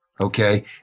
okay